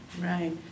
Right